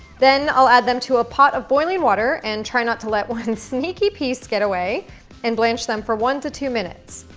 then, i'll add them to a pot of boiling water and try not to let one sneaky piece get away and blanch them for one to two minutes.